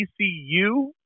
TCU